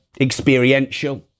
Experiential